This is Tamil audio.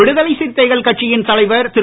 விடுதலை சிறுத்தைகள் கட்சியின் தலைவர் திரு